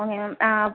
okay ma'am ah